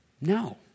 No